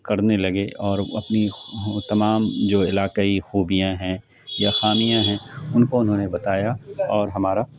کرنے لگے اور اپنی تمام جو علاقائی خوبیاں ہیں یا خامیاں ہیں ان کو انہوں نے بتایا اور ہمارا